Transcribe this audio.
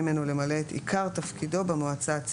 למלא את עיקר תפקידו במועצה הציבורית.